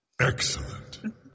Excellent